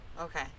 Okay